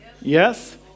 Yes